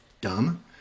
dumb